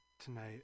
tonight